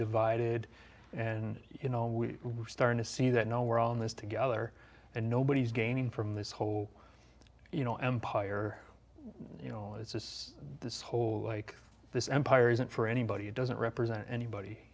divided and you know we were starting to see that no we're all in this together and nobody's gaining from this whole you know empire you know it's this this whole like this empire isn't for anybody it doesn't represent anybody